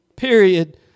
Period